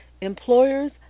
employers